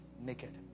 naked